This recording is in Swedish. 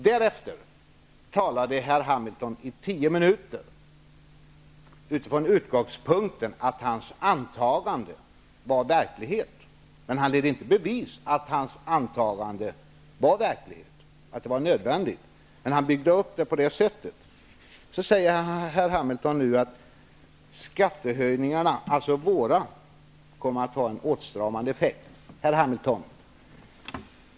Därefter talade Carl B. Hamilton i tio minuter från utgångspunkten att hans antagande var riktigt, men han ledde inte i bevis att hans antagande var riktigt. Han byggde emellertid upp sitt resonemang på det sättet. Nu säger Carl B. Hamilton att Socialdemokraternas förslag om skattehöjningar kommer att ha en åtstramande effekt. Carl B. Hamilton!